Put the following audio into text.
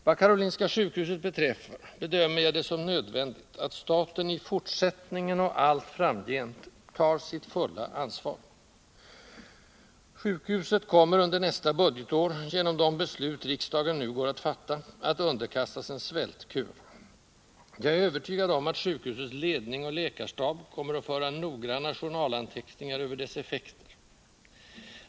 Vad Karolinska sjukhuset beträffar bedömer jag det som nödvändigt att staten i fortsättningen och allt framgent tar sitt fulla ansvar. Sjukhuset kommer under nästa budgetår genom de beslut riksdagen nu går att fatta att underkastas en svältkur. Jag är övertygad om att sjukhusets ledning och läkarstab kommer att föra noggranna journalanteckningar över dess effekter.